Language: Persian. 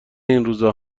اینروزا